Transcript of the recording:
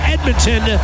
Edmonton